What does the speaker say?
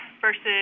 versus